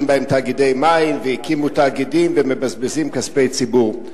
בהן תאגידי מים והקימו תאגידים ומבזבזים כספי ציבור.